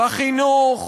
בחינוך,